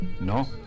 No